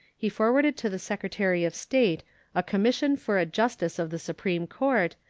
he forwarded to the secretary of state a commission for a justice of the supreme court,